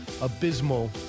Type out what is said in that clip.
abysmal